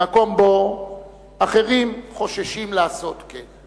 במקום שבו אחרים חוששים לעשות כן.